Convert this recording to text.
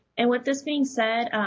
and with this being said,